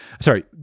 Sorry